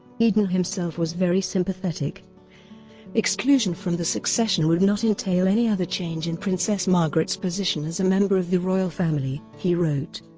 eden himself was very sympathetic exclusion from the succession would not entail any other change in princess margaret's position as a member of the royal family, he wrote.